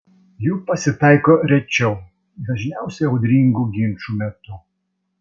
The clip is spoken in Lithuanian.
jų pasitaiko rečiau dažniausiai audringų ginčų metu